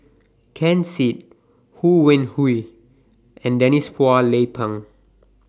Ken Seet Ho Wan Hui and Denise Phua Lay Peng